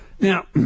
Now